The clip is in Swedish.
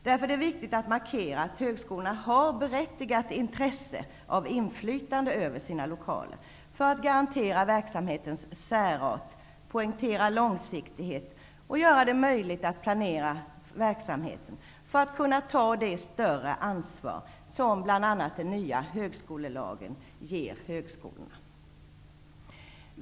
Därför är det viktigt att markera att högskolorna har berättigat intresse av inflytande över sina lokaler för att kunna garantera verksamhetens särart, poängtera långsiktighet och göra det möjligt att planera verksamheten för att kunna ta det större ansvar som bl.a. den nya högskolelagen ger högskolorna.